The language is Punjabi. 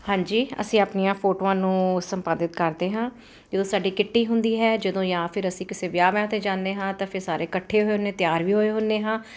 ਹਾਂਜੀ ਅਸੀਂ ਆਪਣੀਆਂ ਫੋਟੋਆਂ ਨੂੰ ਸੰਪਾਦਿਤ ਕਰਦੇ ਹਾਂ ਜਦੋਂ ਸਾਡੀ ਕਿੱਟੀ ਹੁੰਦੀ ਹੈ ਜਦੋਂ ਜਾਂ ਫਿਰ ਅਸੀਂ ਕਿਸੇ ਵਿਆਹਵਾਂ 'ਤੇ ਜਾਂਦੇ ਹਾਂ ਤਾਂ ਫਿਰ ਸਾਰੇ ਇਕੱਠੇ ਹੋਏ ਨੇ ਤਿਆਰ ਵੀ ਹੋਏ ਹੁੰਦੇ ਹਾਂ